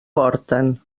porten